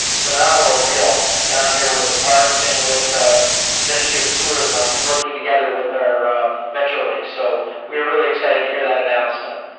phenomenal deal down here with the parks and with the ministry of tourism. working together with our metrolink. so we're really excited to hear that announcement.